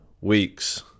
weeks